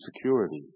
security